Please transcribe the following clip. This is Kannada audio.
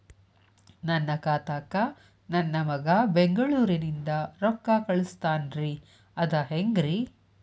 ನನ್ನ ಖಾತಾಕ್ಕ ನನ್ನ ಮಗಾ ಬೆಂಗಳೂರನಿಂದ ರೊಕ್ಕ ಕಳಸ್ತಾನ್ರಿ ಅದ ಹೆಂಗ್ರಿ?